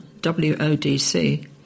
WODC